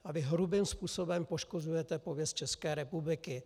A vy hrubým způsobem poškozujete pověst České republiky.